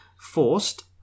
Forced